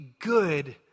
good